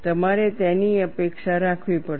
તમારે તેની અપેક્ષા રાખવી પડશે